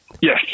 Yes